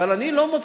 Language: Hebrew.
אני הפרעתי לו.